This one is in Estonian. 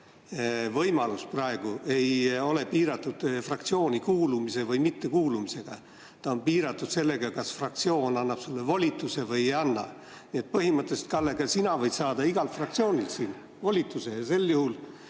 võimalus ei ole piiratud fraktsiooni kuulumise või mittekuulumisega. See on piiratud sellega, kas fraktsioon annab sulle volituse või ei anna. Nii et põhimõtteliselt, Kalle, sina võid saada igalt fraktsioonilt volituse ja minna pulti